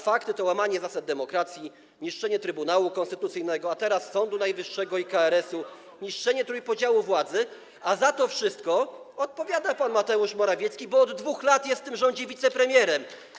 Fakty to łamanie zasad demokracji, niszczenie Trybunału Konstytucyjnego, a teraz Sądu Najwyższego i KRS-u, niszczenie trójpodziału władzy, a za to wszystko odpowiada pan Mateusz Morawiecki, bo od 2 lat jest w tym rządzie wicepremierem.